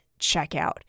checkout